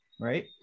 right